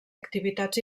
activitats